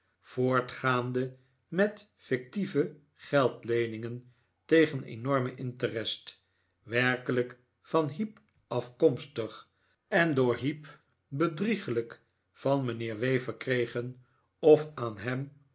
voortgaande met fictieve geldleeningen tegen enormen interest werkelijk van heep afkomstig en door heep bedrieglijk van mijnheer w verkregen of aan hem